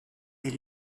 elle